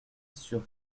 sur